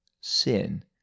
Sin